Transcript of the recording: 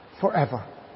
forever